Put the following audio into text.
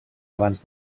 abans